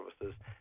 services